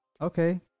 Okay